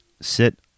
sit